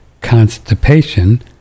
constipation